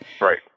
Right